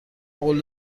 قول